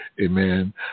amen